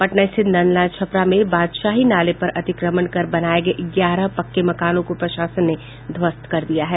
पटना स्थित नंदलाल छपरा में बादशाही नाले पर अतिक्रमण कर बनाये गये ग्यारह पक्के मकानों को प्रशासन ने ध्वस्त कर दिया है